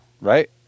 Right